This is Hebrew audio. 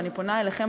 ואני פונה אליכם,